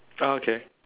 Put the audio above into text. ah okay